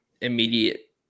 immediate